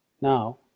now